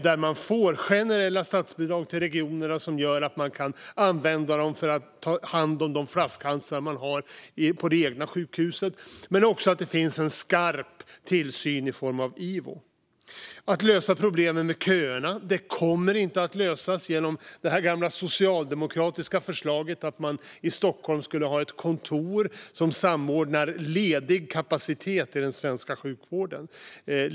Om regionerna får generella statsbidrag kan man använda dem för att ta hand om de flaskhalsar man har på det egna sjukhuset. Det behövs också skarp tillsyn i form av Ivo. Problemen med köerna kommer inte att lösas genom det gamla socialdemokratiska förslaget att man i Stockholm skulle ha ett kontor som samordnar ledig kapacitet i den svenska sjukvården.